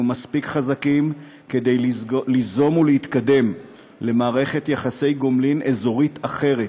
אנחנו מספיק חזקים ליזום ולהתקדם למערכת יחסי גומלין אזורית אחרת,